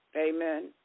Amen